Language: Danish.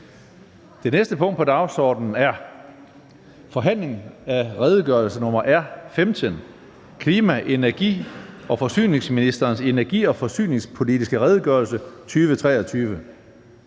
Det næste punkt på dagsordenen er: 20) Forhandling om redegørelse nr. R 15: Klima-, energi- og forsyningsministerens energi- og forsyningspolitiske redegørelse 2023.